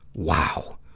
wow,